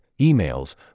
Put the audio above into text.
emails